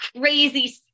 crazy